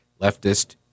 leftist